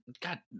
God